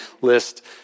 list